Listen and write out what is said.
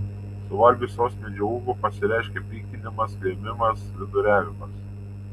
suvalgius sausmedžio uogų pasireiškia pykinimas vėmimas viduriavimas